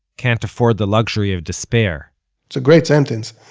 can't afford the luxury of despair it's a great sentence.